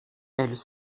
elles